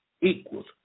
equals